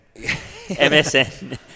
MSN